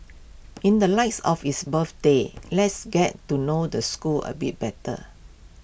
in the lights of its birthday let's get to know the school A bit better